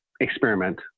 experiment